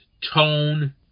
tone